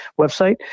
website